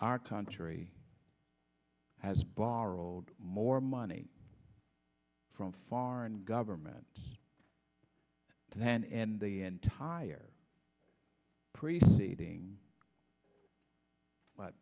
our country has borrowed more money from foreign governments than and the entire preceding